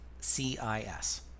C-I-S